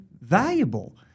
valuable